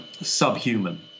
Subhuman